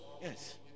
Yes